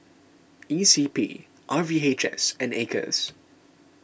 E C P R V H S and Acres